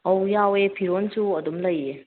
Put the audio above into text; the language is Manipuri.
ꯑꯧ ꯌꯥꯎꯋꯦ ꯐꯤꯔꯣꯟꯁꯨ ꯑꯗꯨꯝ ꯂꯩꯌꯦ